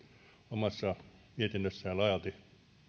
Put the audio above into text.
omassa mietinnössään laajalti